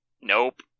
Nope